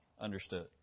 understood